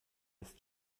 ist